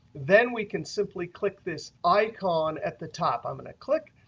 then we can simply click this icon at the top. i'm going to click,